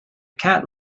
cat